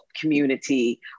community